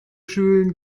schulen